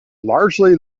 largely